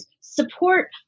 support